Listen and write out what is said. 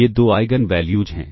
ये दो eigen values हैं